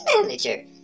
manager